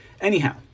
Anyhow